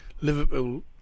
Liverpool